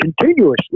continuously